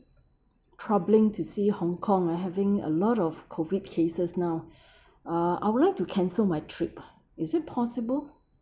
troubling to see hong kong are having a lot of COVID cases now uh I would like to cancel my trip ah is it possible